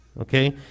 okay